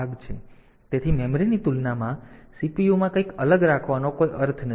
તેથી મેમરીની તુલનામાં CPU માં કંઈક અલગ રાખવાનો કોઈ અર્થ નથી